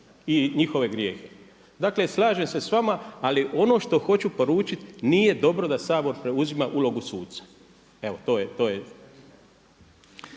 i njihove grijehe. Dakle, slažem se s vama, ali ono što hoću poručiti nije dobro da Sabor preuzima ulogu suca, evo to je.